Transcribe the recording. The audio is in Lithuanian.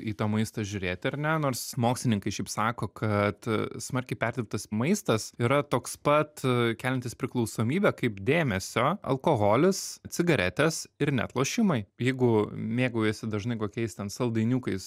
į tą maistą žiūrėti ar ne nors mokslininkai šiaip sako kad smarkiai perdirbtas maistas yra toks pat keliantis priklausomybę kaip dėmesio alkoholis cigaretės ir net lošimai jeigu mėgaujiesi dažnai kokiais ten saldainiukais